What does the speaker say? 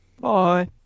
bye